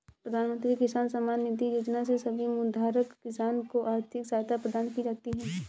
प्रधानमंत्री किसान सम्मान निधि योजना में सभी भूधारक किसान को आर्थिक सहायता प्रदान की जाती है